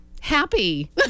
happy